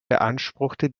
beanspruchte